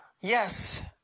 yes